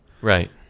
right